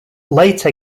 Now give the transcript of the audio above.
late